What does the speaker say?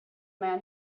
man